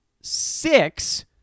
six